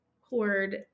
hoard